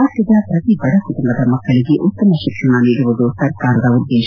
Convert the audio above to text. ರಾಜ್ಞದ ಪ್ರತಿ ಬಡ ಕುಟುಂಬದ ಮಕ್ಕಳಿಗೆ ಉತ್ತಮ ತಿಕ್ಷಣ ನೀಡುವುದು ಸರ್ಕಾರದ ಉದ್ದೇಶ